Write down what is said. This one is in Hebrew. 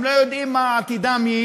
הם לא יודעים מה יהיה עתידם.